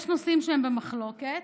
יש נושאים שהם במחלוקת.